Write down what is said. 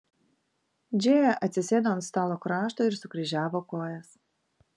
džėja atsisėdo ant stalo krašto ir sukryžiavo kojas